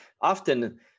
often